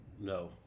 No